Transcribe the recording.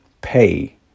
pay